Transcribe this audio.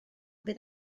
fydd